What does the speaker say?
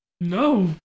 No